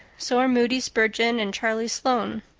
so are moody spurgeon and charlie sloane.